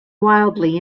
wildly